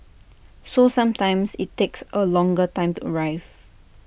so sometimes IT takes A longer time to arrive